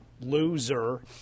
loser